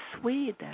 Sweden